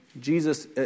Jesus